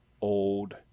old